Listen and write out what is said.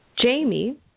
Jamie